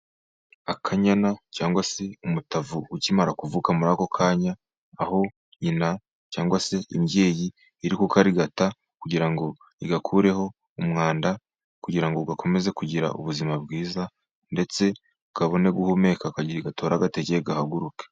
Akanyana cyangwa se umutavu ukimara kuvuka muri ako kanya, aho nyina cyangwa se imbyeyi iri kukarigata, kugira ngo igakureho umwanda, kugira ngo gakomeze kugira ubuzima bwiza, ndetse kabone guhumeka, gatore agatege, gahaguruka.